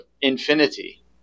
infinity